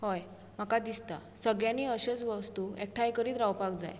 हय म्हाका दिसता सगळ्यांनी अशेंच वस्तू एकठांय करीत रावपाक जाय